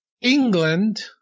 England